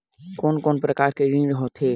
कोन कोन प्रकार के ऋण होथे?